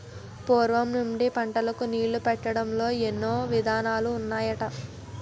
పూర్వం నుండి పంటలకు నీళ్ళు పెట్టడంలో ఎన్నో విధానాలు ఉన్నాయట